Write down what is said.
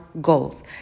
goals